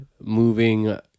moving